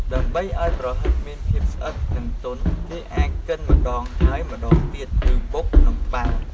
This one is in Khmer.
ដើម្បីឱ្យប្រហិតមានភាពស្អិត និងទន់ គេអាចកិនម្ដងហើយម្ដងទៀត ឬបុកក្នុងត្បាល់។